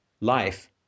Life